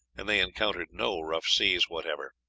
and they encountered no rough seas whatever.